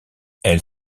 elle